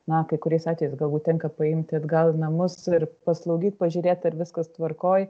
na kai kuriais atvejais galbūt tenka paimti atgal į namus ir paslaugyt pažiūrėt ar viskas tvarkoj